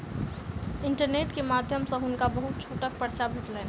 internet के माध्यम सॅ हुनका बहुत छूटक पर्चा भेटलैन